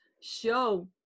show